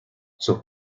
sus